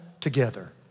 together